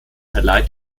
verleiht